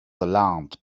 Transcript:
alarmed